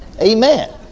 Amen